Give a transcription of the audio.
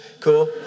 cool